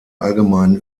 allgemeinen